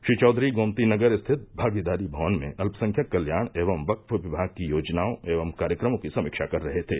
श्री चौघरी गोमतीनगर स्थित भागीदारी भवन में अल्पसंख्यक कल्याण एवं वक्फ विभाग की योजनाओं एवं कार्यक्रमों की समीक्षा कर रहे थे